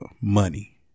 money